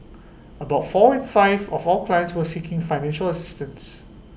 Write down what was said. about four in five of all clients were seeking financial assistance